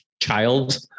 child